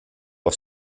auf